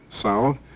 South